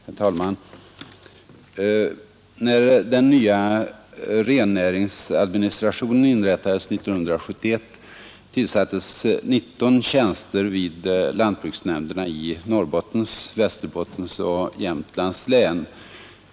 Herr talman! När den nya rennäringsadministrationen inrättades 1971 tillsattes 19 tjänster vid lantbruksnämnderna i Nottbottens, Västerbottens och Jämtlands län.